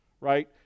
Right